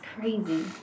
crazy